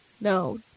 No